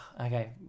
Okay